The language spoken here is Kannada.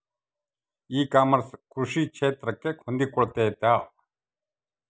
ಇ ಕಾಮರ್ಸ್ ಕೃಷಿ ಕ್ಷೇತ್ರಕ್ಕೆ ಹೊಂದಿಕೊಳ್ತೈತಾ?